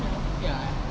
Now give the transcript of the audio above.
ya